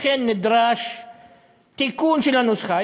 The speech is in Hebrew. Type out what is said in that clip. לכן נדרש תיקון של הנוסחה.